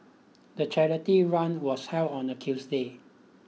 the charity run was held on a Tuesday